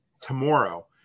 tomorrow